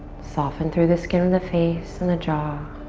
soften through the skin of the face and the jaw.